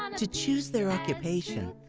um to choose their occupation,